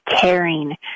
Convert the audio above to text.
caring